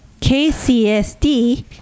KCSD